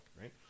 right